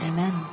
Amen